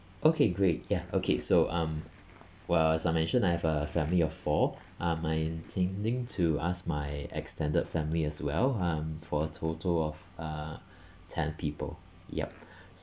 okay great ya okay so um well as I mentioned I have a family of four uh I'm thinking to ask my extended family as well um for a total of uh ten people yup